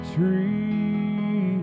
tree